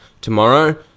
tomorrow